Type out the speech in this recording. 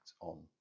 on